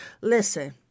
Listen